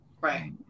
Right